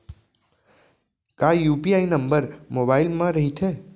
का UPI number mobile म रहिथे?